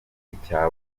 icya